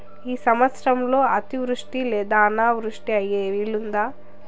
ఈ సంవత్సరంలో అతివృష్టి లేదా అనావృష్టి అయ్యే వీలుందా?